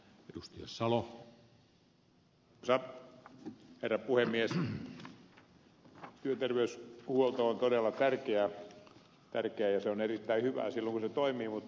työterveyshuolto on todella tärkeä asia ja se on erittäin hyvää silloin kun se toimii